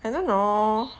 I don't know